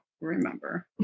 remember